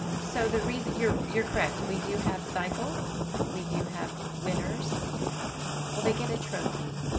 so the reason your you're correct we do have cycles we do have winners will they get a trophy